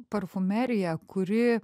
parfumerija kuri